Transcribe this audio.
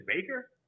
Baker